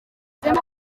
ubu